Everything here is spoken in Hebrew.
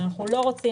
לא מס.